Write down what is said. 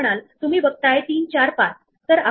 म्हणून यासाठी क्यू फार उपयोगी आहे